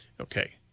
okay